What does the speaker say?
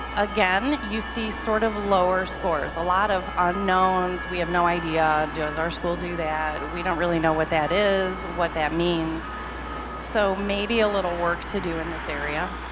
again you see sort of lower scores a lot of unknowns we have no idea does our school do that we don't really know what that is what that means so maybe a little work to do in this area